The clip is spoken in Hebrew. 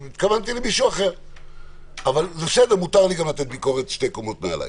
מותר לי גם לתת ביקורת לשתי קומות מעלי,